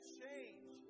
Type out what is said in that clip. change